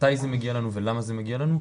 מתי זה מגיע לנו ולמה זה מגיע לנו,